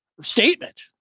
statement